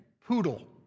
poodle